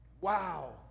wow